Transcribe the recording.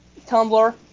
Tumblr